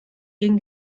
gegen